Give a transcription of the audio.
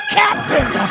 captain